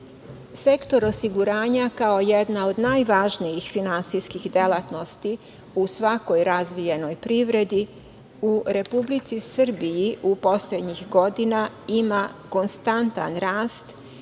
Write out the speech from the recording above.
Sektor osiguranja, kao jedna od najvažnijih finansijskih delatnosti u svakoj razvijenoj privredi, u Republici Srbiji poslednjih godina ima konstantan rast,